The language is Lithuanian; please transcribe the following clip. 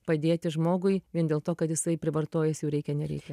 padėti žmogui vien dėl to kad jisai privartojęs jų reikia nereikia